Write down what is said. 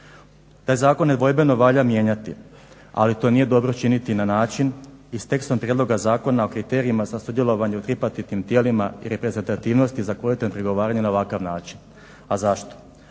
Taj zakon nedvojbeno valja mijenjati, ali to nije dobro činiti na način i s tekstom prijedloga zakona o kriterijima za sudjelovanje u tripartitnim tijelima i reprezentativnosti za kolektivno pregovaranje na ovakav način. A zašto?